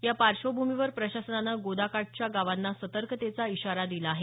या पार्श्वभूमीवर प्रशासनानं गोदाकाठच्या गावांना सतर्कतेचा इशारा दिला आहे